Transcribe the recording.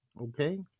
Okay